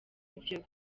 ivyo